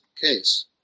case